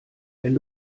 wenn